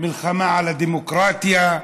מלחמה על הדמוקרטיה,